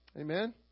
Amen